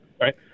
right